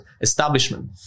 establishment